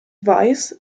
weiß